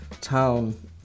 town